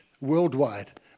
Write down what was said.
worldwide